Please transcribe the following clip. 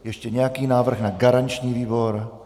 Ještě nějaký návrh na garanční výbor?